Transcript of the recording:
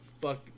fuck